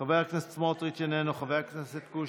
חבר הכנסת סמוטריץ' איננו,